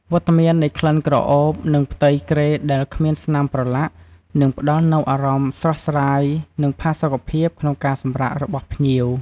វត្តមាននៃក្លិនក្រអូប និងផ្ទៃគ្រែដែលគ្មានស្នាមប្រឡាក់ នឹងផ្តល់នូវអារម្មណ៍ស្រស់ស្រាយ និងផាសុកភាពក្នុងការសម្រាករបស់ភ្ញៀវ។